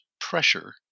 pressure